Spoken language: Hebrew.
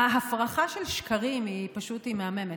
ההפרחה של שקרים היא פשוט מהממת,